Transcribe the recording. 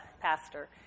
pastor